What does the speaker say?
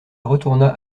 retourna